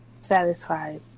satisfied